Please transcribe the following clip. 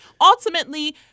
ultimately